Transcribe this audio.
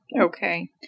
Okay